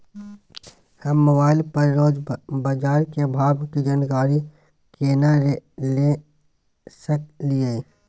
हम मोबाइल पर रोज बाजार के भाव की जानकारी केना ले सकलियै?